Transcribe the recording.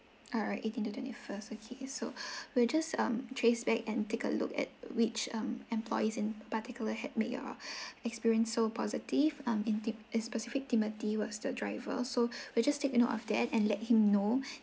alright eighteen to twenty first okay so we are just um trace back and take a look at which um employees in particular had made your experience so positive um inti~ in specific timothy was the driver so we'll just take note of that and let him know